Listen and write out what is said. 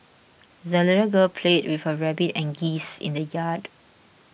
the little girl played with her rabbit and geese in the yard